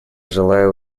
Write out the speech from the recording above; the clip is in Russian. желаю